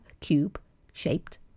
cube-shaped